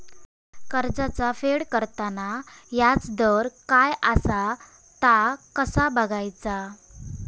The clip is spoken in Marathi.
कर्जाचा फेड करताना याजदर काय असा ता कसा बगायचा?